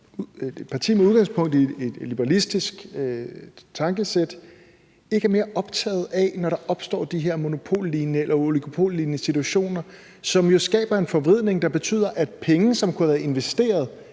et parti med udgangspunkt i et liberalistisk tankesæt, ikke er mere optaget af det, når der opstår de her monopollignende eller oligopollignende situationer, som jo skaber en forvridning, der betyder, at penge, som kunne have investeret